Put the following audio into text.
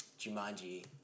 Jumanji